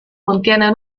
contiene